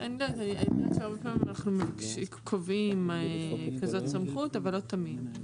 --- קובעים כזאת סמכות, אבל לא תמיד.